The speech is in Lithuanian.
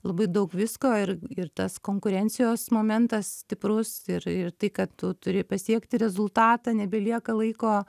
labai daug visko ir ir tas konkurencijos momentas stiprus ir ir tai kad tu turi pasiekti rezultatą nebelieka laiko